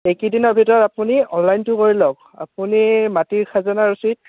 এইকেইদিনৰ ভিতৰত আপুনি অনলাইনটো কৰি লওক আপুনি মাটিৰ খাজনা ৰচিদ